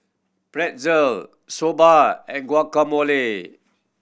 Pretzel Soba and Guacamole